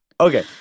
Okay